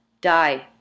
Die